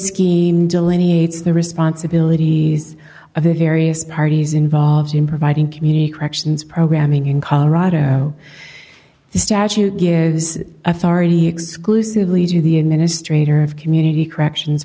scheme delineates the responsibilities of the various parties involved in providing community corrections programming in colorado statute gives authority exclusively to the administrator of community corrections